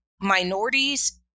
minorities